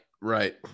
right